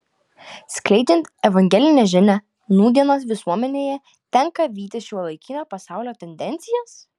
skleidžiant evangelinę žinią nūdienos visuomenėje tenka vytis šiuolaikinio pasaulio tendencijas